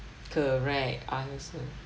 correct I also